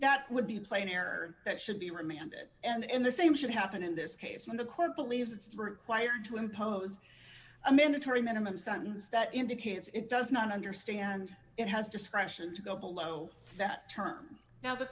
that would be plain error that should be remanded and the same should happen in this case when the court believes it's required to impose a mandatory minimum sentence that indicates it does not understand it has discretion to go below that term now the